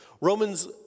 Romans